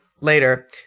later